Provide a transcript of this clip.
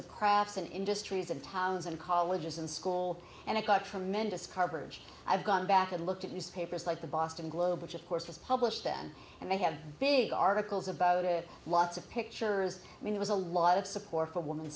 of crafts and industries and towns and colleges and school and it got tremendous coverage i've gone back and looked at newspapers like the boston globe which of course was published then and they have big articles about it lots of pictures i mean it was a lot of support for wom